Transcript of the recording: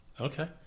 Okay